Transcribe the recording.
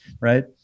Right